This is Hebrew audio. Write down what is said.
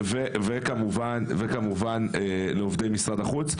וכמובן לעובדי משרד החוץ.